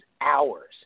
hours